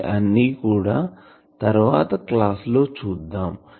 ఇవి అన్ని కూడా తరవాత క్లాస్ లో చూద్దాం